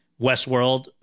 Westworld